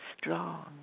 strong